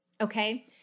Okay